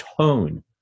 tone